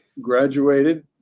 graduated